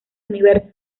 universo